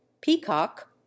peacock